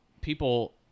people